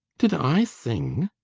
did i sing?